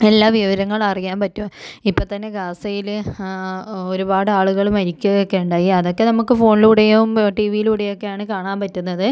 എല്ലാ വിവരങ്ങളും അറിയാൻ പറ്റും ഇപ്പം തന്നെ ഗാസയില് ഒരുപാട് ആളുകള് മരിക്കുകയൊക്കെ ഉണ്ടായി അതൊക്കെ നമുക്ക് ഫോണിലൂടെയും ടീവീലൂടെയൊക്കെയാണ് കാണാൻ പറ്റുന്നത്